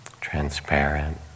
transparent